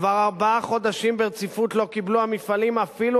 כבר ארבעה חודשים ברציפות לא קיבלו המפעלים אפילו